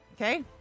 Okay